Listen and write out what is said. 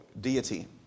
deity